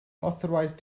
authorized